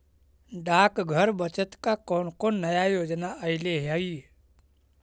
डाकघर बचत का कौन कौन नया योजना अइले हई